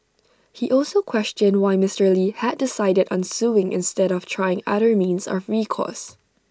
he also questioned why Mister lee had decided on suing instead of trying other means of recourse